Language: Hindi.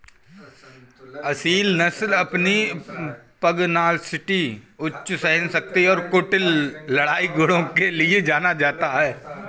असील नस्ल अपनी पगनासिटी उच्च सहनशक्ति और कुटिल लड़ाई गुणों के लिए जाना जाता है